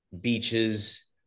beaches